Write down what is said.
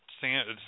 sand